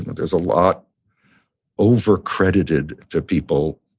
there's a lot over-credited to people,